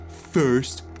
First